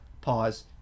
Pause